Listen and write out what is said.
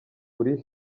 uri